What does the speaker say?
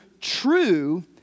true